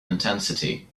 intensity